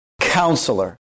Counselor